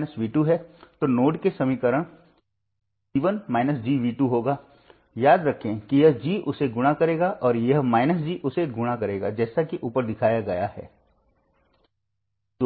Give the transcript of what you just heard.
ढूंढ सकते हैं